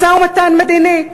משא-ומתן מדיני.